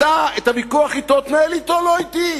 את הוויכוח תנהל אתו, לא אתי.